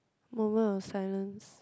moment of silence